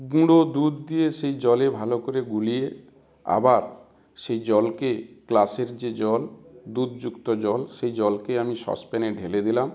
গুঁড়ো দুধ দিয়ে সেই জলে ভালো করে গুলিয়ে আবার সেই জলকে গ্লাসের যে জল দুধযুক্ত জল সেই জলকে আমি সসপ্যানে ঢেলে দিলাম